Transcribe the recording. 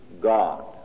God